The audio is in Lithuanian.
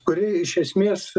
kuri iš esmės